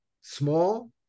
small